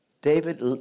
David